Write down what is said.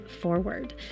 forward